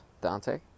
Dante